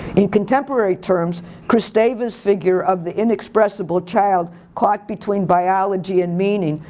in contemporary terms, chris davis figure of the inexpressible child caught between biology and meaning,